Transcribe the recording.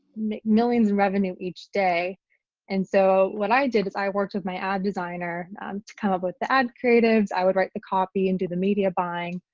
millions in revenue each day and so what i did was i worked with my ad designer to come up with the ad creatives. i would write the copy and do the media buying,